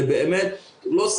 זה לא סביר.